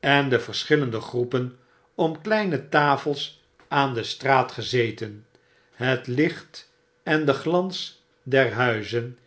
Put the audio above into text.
en de verschillende groepen ora kleine tafels aan de straat gezeten het licht en de glans der huizen